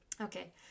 Okay